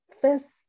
first